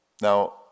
now